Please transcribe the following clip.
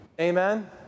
Amen